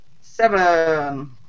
Seven